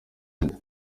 inda